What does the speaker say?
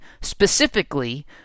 specifically